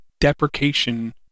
deprecation